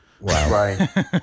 right